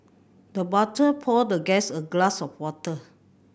the butler poured the guest a glass of water